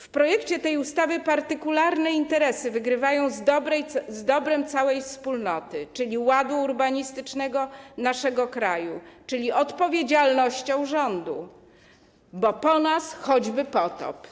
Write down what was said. W projekcie tej ustawy partykularne interesy wygrywają z dobrem całej wspólnoty, czyli ładem urbanistycznym w naszym kraju, czyli odpowiedzialnością rządu - bo po nas choćby potop.